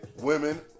Women